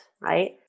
Right